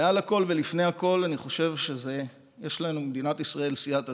מעל הכול ולפני הכול אני חושב שיש לנו במדינת ישראל סייעתא